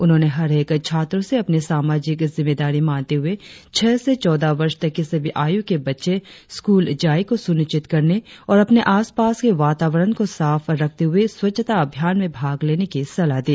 उन्होंने हर एक छात्रों से अपनी सामाजिक जिम्मेदारी मानते हुए छह से चौदह वर्ष तक की सभी आयु के बच्चे स्कूल जाए को सुनिश्चित करने और अपने आस पास के वातावरण को साफ रखते हुए स्वच्छता अभियान में भाग लेने की सलाह दी